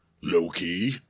Loki